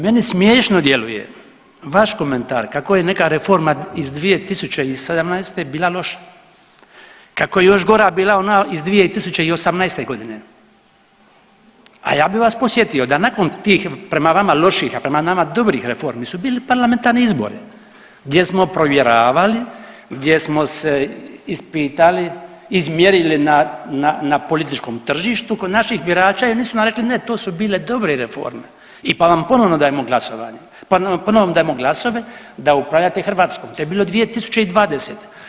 Meni smiješno djeluje vaš komentar kako je neka reforma iz 2017. bila loša, kako je još gora bila ona iz 2018.g., a ja bih vas podsjetio da nakon tih prema vama loših, a prema nama dobrih reformi su bili parlamentarni izbori gdje smo provjeravali, gdje smo se ispitali, izmjerili na političkom tržištu kod naših birača i oni su nam rekli ne to su bile dobre reforme i pa vam ponovno dajemo glasovanje, pa vam ponovno dajemo glasove da upravljate Hrvatskom, to je bilo 2020.